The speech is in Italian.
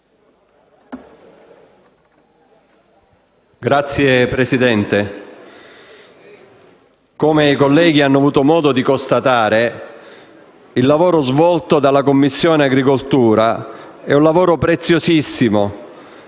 Signor Presidente, come i colleghi hanno avuto modo di constatare, il lavoro svolto dalla Commissione agricoltura è stato preziosissimo